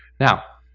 now,